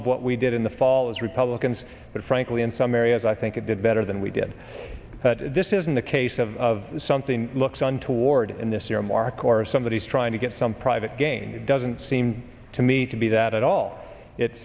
of what we did in the fall as republicans but frankly in some areas i think it did better than we did but this isn't the case of something looks on toward in this earmark or somebody is trying to get some private gain doesn't seem to me to be that at all it's